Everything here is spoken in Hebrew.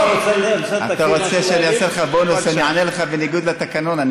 אתה רוצה שאעשה לך בונוס ואענה לך בניגוד לתקנון?